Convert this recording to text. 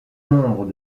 nombre